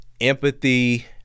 empathy